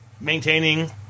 maintaining